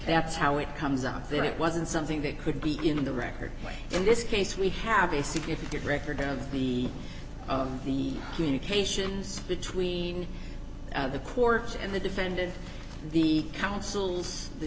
that's how it comes out that it wasn't something that could be in the record in this case we have a significant record of the of the communications between the courts and the defendant the counsels the